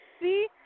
See